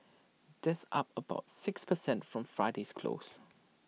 that's up about six per cent from Friday's close